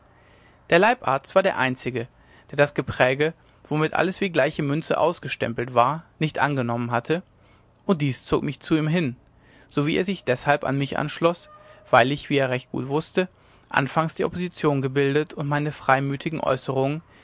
der leibarzt war der einzige der das gepräge womit alles wie gleiche münze ausgestempelt war nicht angenommen hatte und dies zog mich zu ihm hin so wie er sich deshalb an mich anschloß weil ich wie er recht gut wußte anfangs die opposition gebildet und meine freimütigen äußerungen